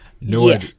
no